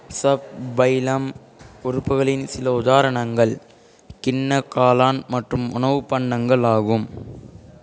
சஃப் phylum உறுப்புகளின் சில உதாரணங்கள் கிண்ண காளான் மற்றும் உணவு பண்டங்கள் ஆகும்